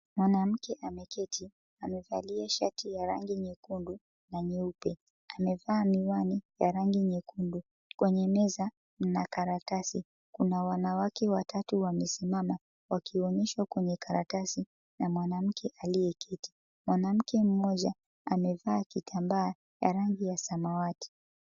Mwanamke ameketi amevalia shati ya rangi nyekundu na nyeupe amevaa miwani ya rangi nyekundu, kwenye meza mna karatasi, Kuna wanawake watatu wamesimama wakionyeshwa kwenye karatasi na mwanamke aliyeketi. Mwanamke mmoja amevaa kitambaa ya rangi ya samawati.